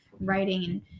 writing